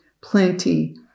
plenty